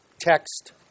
text